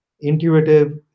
intuitive